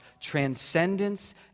transcendence